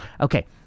Okay